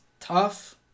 Tough